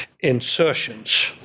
insertions